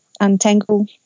untangle